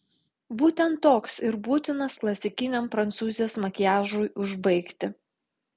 būtent toks ir būtinas klasikiniam prancūzės makiažui užbaigti